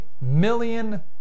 million